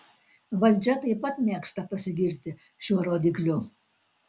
valdžia taip pat mėgsta pasigirti šiuo rodikliu